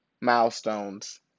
milestones